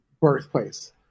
birthplace